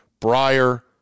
Breyer